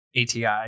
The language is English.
ATI